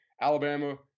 Alabama –